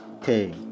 okay